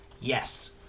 yes